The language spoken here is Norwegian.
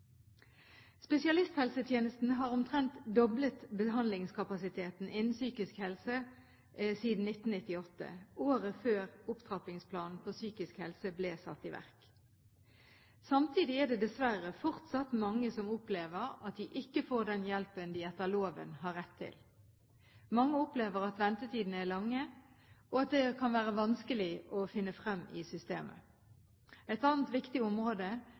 Spesialisthelsetjenesten har omtrent doblet behandlingskapasiteten innen psykisk helse siden 1998, året før Opptrappingsplanen for psykisk helse ble satt i verk. Samtidig er det dessverre fortsatt mange som opplever at de ikke får den hjelpen de etter loven har rett til. Mange opplever at ventetidene er lange, og at det kan være vanskelig å finne frem i systemet. Et annet viktig område